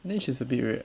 I think she's a bit weird